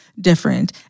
different